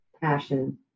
passion